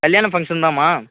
கல்யாண ஃபங்க்ஷன்தாம்மா